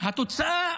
התוצאה